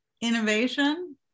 innovation